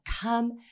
come